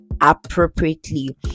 appropriately